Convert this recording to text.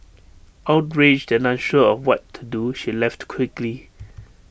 outraged and unsure of what to do she left quickly